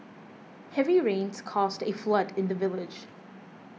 heavy rains caused a flood in the village